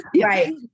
right